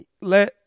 let